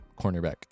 Cornerback